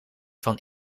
van